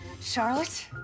Charlotte